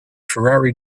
ferrari